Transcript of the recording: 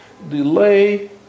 delay